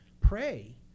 pray